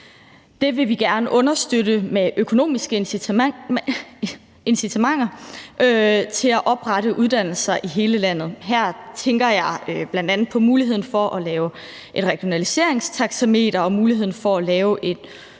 Det vil vi gerne understøtte med økonomiske incitamenter til at oprette uddannelser i hele landet; her tænker jeg bl.a. på muligheden for at lave et regionaliseringstaxameter og muligheden for at lave en